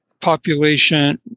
population